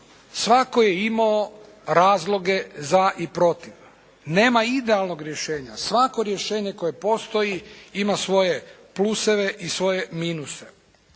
Svako je imao razloge za i protiv. Nema idealnog rješenja. Svako rješenje koje postoji ima svoje pluseve i svoje minuse.